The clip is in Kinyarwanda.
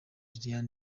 liliane